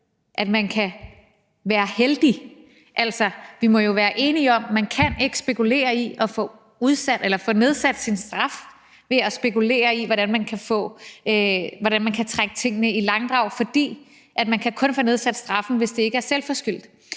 at man kan være heldig. Altså, vi må jo være enige om, at man ikke kan få nedsat sin straf ved at spekulere i, hvordan man kan trække tingene i langdrag, for man kan kun få nedsat straffen, hvis det ikke er selvforskyldt.